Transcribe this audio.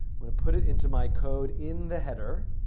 going to put it into my code in the header.